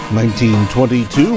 1922